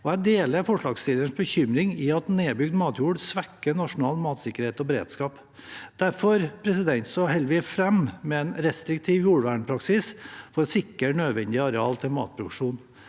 jeg deler forslagsstillerens bekymring om at nedbygd matjord svekker nasjonal matsikkerhet og beredskap. Derfor holder vi fram med en restriktiv jordvernpraksis for å sikre nødvendig areal til matproduksjon.